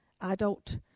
adult